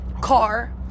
car